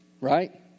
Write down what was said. right